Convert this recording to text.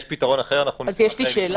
אם יש פתרון אחר, אנחנו נשמח לשמוע.